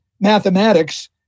mathematics